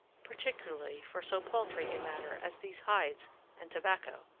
particularly for so paltry a matter as these hides and tobacco,